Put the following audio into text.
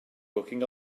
booking